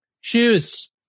shoes